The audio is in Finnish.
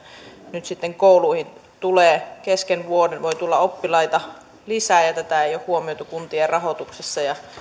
nyt sitten kouluihin voi tulla kesken vuoden oppilaita lisää ja ja tätä ei ole huomioitu kuntien rahoituksessa